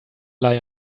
lie